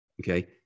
okay